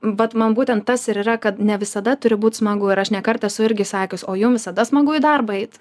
vat man būtent tas ir yra kad ne visada turi būt smagu ir aš ne kartą esu irgi sakius o jum visada smagu į darbą eit